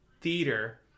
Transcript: theater